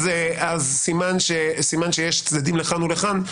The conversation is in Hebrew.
אז סימן שיש צדדים לכאן ולכאן,